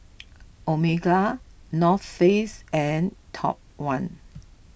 Omega North Face and Top one